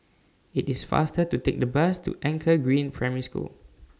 IT IS faster to Take The Bus to Anchor Green Primary School